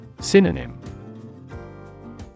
Synonym